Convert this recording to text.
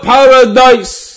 Paradise